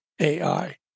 AI